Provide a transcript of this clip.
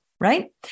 right